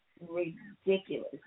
ridiculous